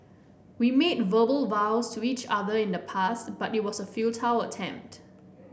we made verbal vows to each other in the past but it was a futile attempt